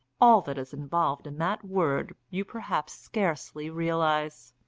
all that is involved in that word you perhaps scarcely realise.